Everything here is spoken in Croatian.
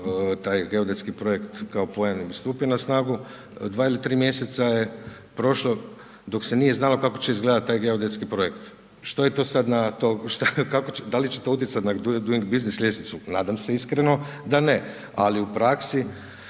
taj geodetski projekt kao pojam stupio na snagu, 2 ili 3 mjeseca je prošlo dok se nije znalo kako će izgledati taj geodetski projekt. Da li će to utjecati na Duing biznis ljestvicu? Nadam se iskreno da ne, ali u praksi,